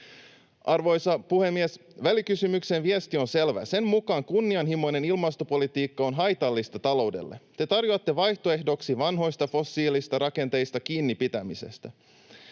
Arvoisa puhemies! Välikysymyksen viesti on selvä. Sen mukaan kunnianhimoinen ilmastopolitiikka on haitallista taloudelle. Te tarjoatte vaihtoehdoksi vanhoista fossiilisista rakenteista kiinnipitämisen,